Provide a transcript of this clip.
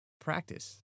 practice